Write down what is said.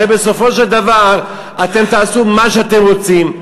הרי בסופו של דבר אתם תעשו מה שאתם רוצים.